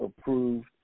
approved